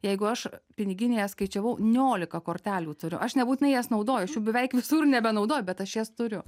jeigu aš piniginėje skaičiavau niolika kortelių turiu aš nebūtinai jas naudoju aš jų beveik visur nebenaudoju bet aš jas turiu